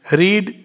read